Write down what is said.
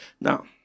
Now